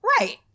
Right